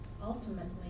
ultimately